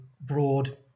Broad